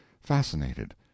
fascinated